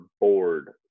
bored